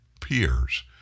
peers